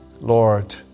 Lord